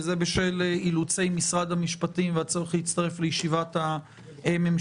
וזה בשל אילוצי משרד המשפטים והצורך להצטרף לישיבת הממשלה,